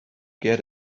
get